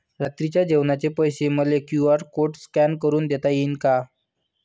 रात्रीच्या जेवणाचे पैसे मले क्यू.आर कोड स्कॅन करून देता येईन का?